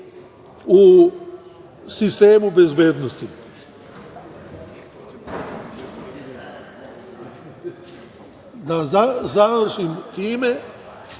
u sistemu bezbednosti. Da završim time,